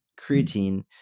creatine